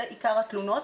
זה עיקר התלונות.